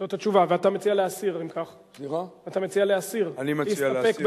זאת התשובה, ואתה מציע להסיר, אם כך?